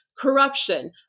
corruption